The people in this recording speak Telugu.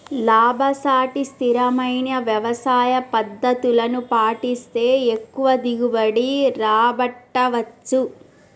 లాభసాటి స్థిరమైన వ్యవసాయ పద్దతులను పాటిస్తే ఎక్కువ దిగుబడి రాబట్టవచ్చు